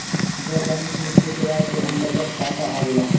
गैर बैंकिंग वित्तीय सेवाए के अन्तरगत का का आवेला?